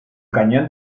cañón